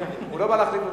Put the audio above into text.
הוא לא בא להחליף אותי.